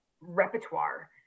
repertoire